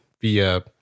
via